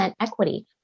equity